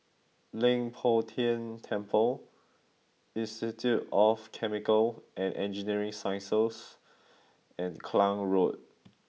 Leng Poh Tian Temple Institute of Chemical and Engineering Sciences and Klang Road